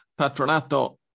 Patronato